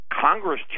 Congress